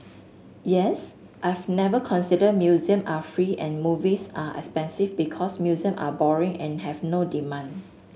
yes I've never considered museum are free and movies are expensive because museum are boring and have no demand